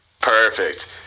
Perfect